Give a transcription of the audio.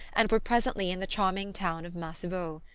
and were presently in the charming town of massevaux.